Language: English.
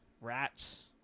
rats